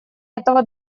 этого